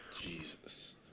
Jesus